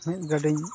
ᱜᱟᱹᱰᱤᱧ